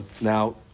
now